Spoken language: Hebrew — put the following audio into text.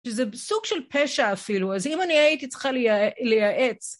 שזה סוג של פשע אפילו, אז אם אני הייתי צריכה לייעץ...